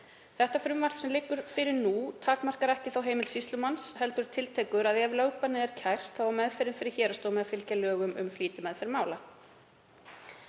Frumvarpið sem liggur fyrir nú takmarkar ekki þá heimild sýslumanns heldur tiltekur að ef lögbannið er kært þá eigi meðferð fyrir héraðsdómi að fylgja lögum um flýtimeðferð mála.